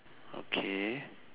okay